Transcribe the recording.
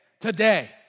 today